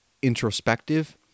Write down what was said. introspective